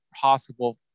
possible